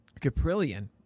Caprillion